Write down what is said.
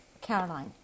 Caroline